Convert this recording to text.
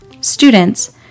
students